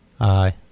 Aye